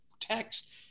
text